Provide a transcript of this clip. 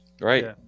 right